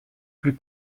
plus